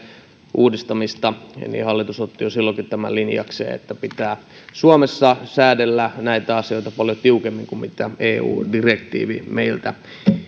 uudistamista niin hallitus otti jo silloinkin linjakseen että pitää suomessa säädellä näitä asioita paljon tiukemmin kuin mitä eu direktiivi meiltä